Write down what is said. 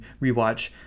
rewatch